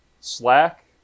slack